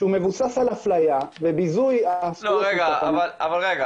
שהוא מבוסס על אפליה ועל ביזוי --- אבל רגע,